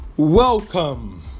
Welcome